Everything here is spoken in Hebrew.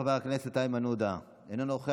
חבר הכנסת איימן עודה, אינו נוכח,